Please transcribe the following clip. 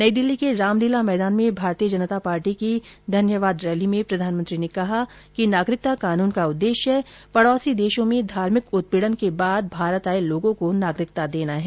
नई दिल्ली के रामलीला मैदान में भारतीय जनता पार्टी की धन्यवाद रैली में प्रधानमंत्री ने कहा कि नागरिकता कानुन का उद्देश्य पडोसी देशों में धार्मिक उत्पीडन के बाद भारत आए लोगों को नागरिकता देना है